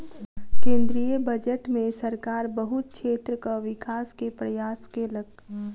केंद्रीय बजट में सरकार बहुत क्षेत्रक विकास के प्रयास केलक